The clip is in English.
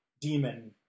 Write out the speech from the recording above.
demon